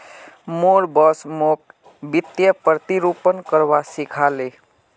मोर बॉस मोक वित्तीय प्रतिरूपण करवा सिखा ले